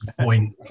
point